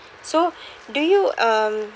so do you um